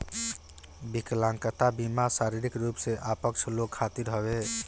विकलांगता बीमा शारीरिक रूप से अक्षम लोग खातिर हवे